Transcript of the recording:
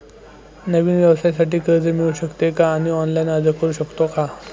नवीन व्यवसायासाठी कर्ज मिळू शकते का आणि ऑनलाइन अर्ज करू शकतो का?